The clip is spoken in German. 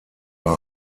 bei